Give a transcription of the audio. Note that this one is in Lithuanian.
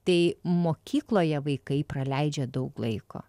tai mokykloje vaikai praleidžia daug laiko